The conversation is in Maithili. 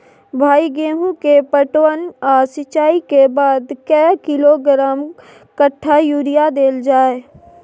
भाई गेहूं के पटवन आ सिंचाई के बाद कैए किलोग्राम कट्ठा यूरिया देल जाय?